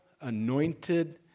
anointed